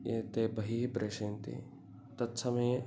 यद् ते बहिः प्रेशयन्ति तत्समये